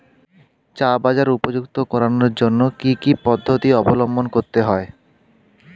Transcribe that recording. চা বাজার উপযুক্ত করানোর জন্য কি কি পদ্ধতি অবলম্বন করতে হয়?